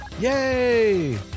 Yay